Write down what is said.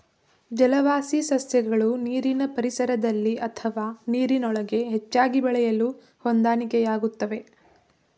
ಜಲವಾಸಿ ಸಸ್ಯಗಳು ನೀರಿನ ಪರಿಸರದಲ್ಲಿ ಅಥವಾ ನೀರಿನೊಳಗೆ ಹೆಚ್ಚಾಗಿ ಬೆಳೆಯಲು ಹೊಂದಾಣಿಕೆಯಾಗ್ತವೆ